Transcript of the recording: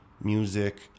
music